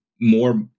more